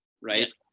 right